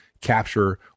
capture